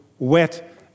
wet